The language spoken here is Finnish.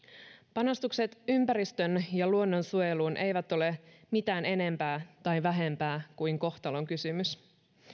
panostukset ympäristön ja luonnonsuojeluun eivät ole mitään enempää tai vähempää kuin kohtalon kysymys